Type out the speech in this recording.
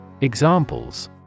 Examples